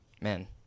man –